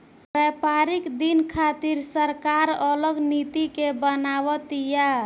व्यापारिक दिन खातिर सरकार अलग नीति के बनाव तिया